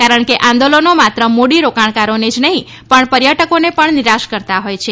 કારણ કે આંદોલનો માત્ર મુડી રોકાણકારોને જ નહીં પણ પર્યટકોને પણ નિરાશ કરતા હોય છે